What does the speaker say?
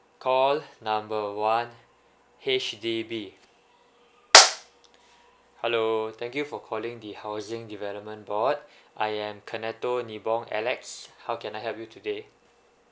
call number one H_D_B hello thank you for calling the housing development board I am kenetto nibong alex how can I help you today